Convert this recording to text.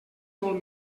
molt